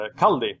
Kaldi